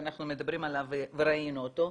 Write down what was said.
ואנחנו מדברים עליו וראינו אותו,